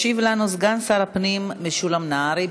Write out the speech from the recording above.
ישיב לנו סגן שר הפנים משולם נהרי.